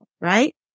right